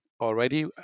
already